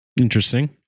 Interesting